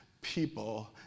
people